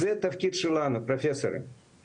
זה התפקיד שלנו הפרופסורים,